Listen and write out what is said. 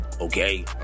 okay